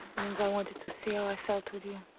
it means i wanted to see how i felt with you.